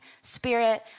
spirit